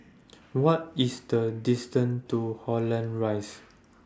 What IS The distance to Holland Rise